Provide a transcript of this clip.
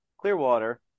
Clearwater